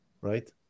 right